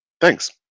Thanks